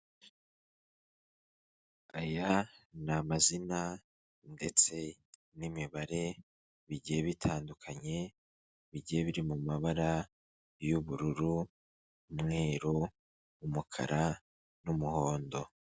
Aya ni amazina ndetse n'imibare bigiye bitandukanye, bigiye biri mu mabara y'ubururu, umweru, umukara n'umuhondo.